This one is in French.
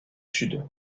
sud